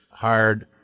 hired